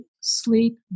sleep